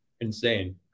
insane